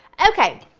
okay,